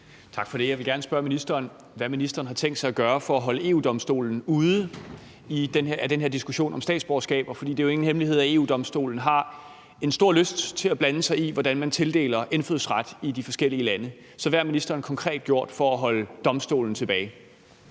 Tak for det. Jeg vil gerne spørge ministeren, hvad ministeren har tænkt sig at gøre for at holde EU-Domstolen ude af den her diskussion om statsborgerskaber. For det er jo ingen hemmelighed, at EU-Domstolen har en stor lyst til at blande sig i, hvordan man tildeler indfødsret i de forskellige lande. Så hvad har ministeren konkret gjort for at holde Domstolen tilbage?